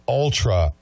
ultra